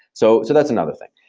so so that's another thing.